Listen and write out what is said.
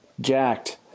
jacked